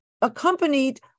accompanied